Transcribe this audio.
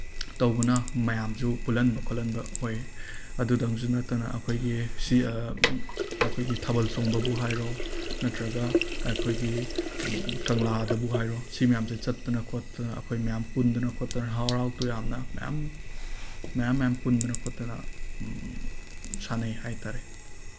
ꯇꯧꯕꯅ ꯃꯌꯥꯝꯁꯨ ꯄꯨꯜꯍꯟꯕ ꯈꯣꯠꯍꯟꯕ ꯑꯣꯏ ꯑꯗꯨꯗꯪꯁꯨ ꯅꯠꯇꯅ ꯑꯩꯈꯣꯏꯒꯤ ꯁꯤ ꯑꯩꯈꯣꯏꯒꯤ ꯊꯥꯕꯜ ꯆꯣꯡꯕꯕꯨ ꯍꯥꯏꯔꯣ ꯅꯠꯇ꯭ꯔꯒ ꯑꯩꯈꯣꯏꯒꯤ ꯀꯪꯂꯥꯗꯕꯨ ꯍꯥꯏꯔꯣ ꯁꯤ ꯃꯌꯥꯝꯁꯤ ꯆꯠꯇꯅ ꯈꯣꯠꯇꯅ ꯑꯩꯈꯣꯏ ꯃꯌꯥꯝ ꯄꯨꯟꯗꯅ ꯈꯣꯠꯇꯅ ꯍꯔꯥꯎ ꯇꯨꯌꯥꯝꯅ ꯃꯌꯥꯝ ꯃꯌꯥꯝ ꯃꯌꯥꯝ ꯄꯨꯟꯗꯅ ꯈꯣꯠꯇꯅ ꯁꯥꯟꯅꯩ ꯍꯥꯏ ꯇꯥꯔꯦ